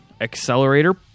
Accelerator